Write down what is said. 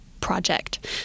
project